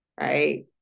right